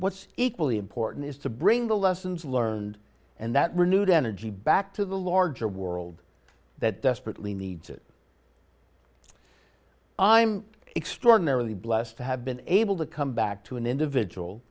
what's equally important is to bring the lessons learned and that renewed energy back to the larger world that desperately needs it i am extraordinarily blessed to have been able to come back to an individual